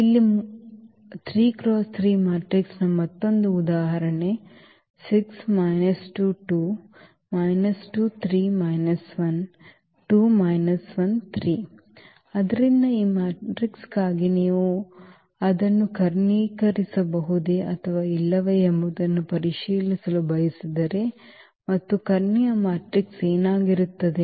ಇಲ್ಲಿ 3 ರಿಂದ 3 ಮ್ಯಾಟ್ರಿಕ್ಸ್ನ ಮತ್ತೊಂದು ಉದಾಹರಣೆ ಆದ್ದರಿಂದ ಈ ಮ್ಯಾಟ್ರಿಕ್ಸ್ಗಾಗಿ ನೀವು ಅದನ್ನು ಕರ್ಣೀಕರಿಸಬಹುದೇ ಅಥವಾ ಇಲ್ಲವೇ ಎಂಬುದನ್ನು ಪರಿಶೀಲಿಸಲು ಬಯಸಿದರೆ ಮತ್ತು ಕರ್ಣೀಯ ಮ್ಯಾಟ್ರಿಕ್ಸ್ ಏನಾಗಿರುತ್ತದೆ